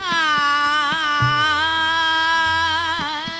aa